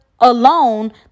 alone